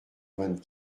vingt